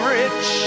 rich